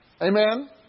Amen